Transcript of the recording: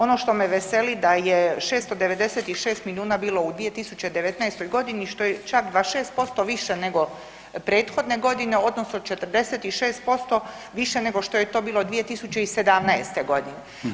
Ono što me veseli da je 696 milijuna bilo u 2019. godini što je čak 26% više nego prethodne godine, odnosno o 46% više nego što je to bilo 2017. godine.